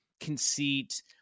conceit